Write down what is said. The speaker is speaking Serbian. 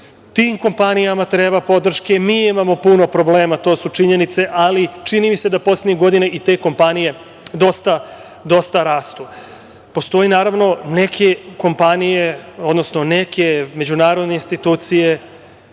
Tim kompanijama treba podrške. Mi imamo puno problema, to su činjenice, ali čini mi se da poslednjih godina i te kompanije dosta rastu. Postoje, naravno, neke kompanije, odnosno neke međunarodne institucije